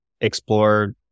explore